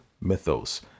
mythos